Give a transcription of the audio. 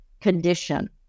condition